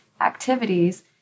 activities